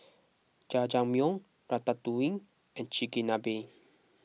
Jajangmyeon Ratatouille and Chigenabe